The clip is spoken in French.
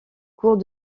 cours